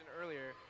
earlier